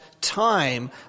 time